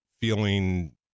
feeling